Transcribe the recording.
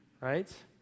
Right